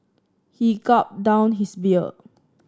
he gulped down his beer